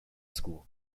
school